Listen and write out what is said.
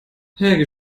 helge